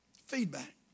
Feedback